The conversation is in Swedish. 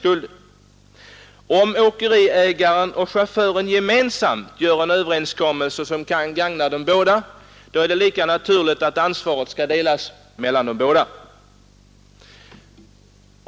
Och om åkeriägaren och chauffören gemensamt träffar en överlastöverenskommelse, som gagnar dem båda — ja, då är det lika naturligt att ansvaret skall delas mellan dem.